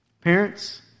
Parents